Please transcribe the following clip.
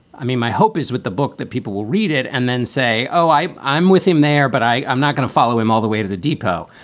i mean, my hope is with the book that people will read it and then say, oh, i'm i'm with him there, but i'm not going to follow him all the way to the depot.